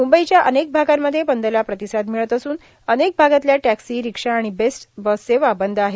मुंबईच्या अनेक भागांमध्ये बंदला प्रतिसाद मिळत असून अनेक भागातल्या टॅक्सी रिक्षा आणि बेस्ट बस सेवा बंद आहेत